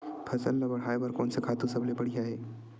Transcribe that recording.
फसल ला बढ़ाए बर कोन से खातु सबले बढ़िया हे?